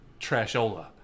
trashola